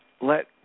let